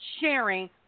sharing